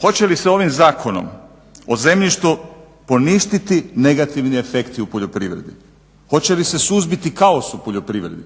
Hoće li se ovim zakonom o zemljištu poništiti negativni efekti u poljoprivredi? Hoće li se suzbiti kaos u poljoprivredi?